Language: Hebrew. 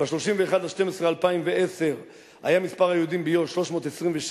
ב-31 בדצמבר 2010 היה מספר היהודים ביהודה ושומרון 327,712,